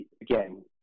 again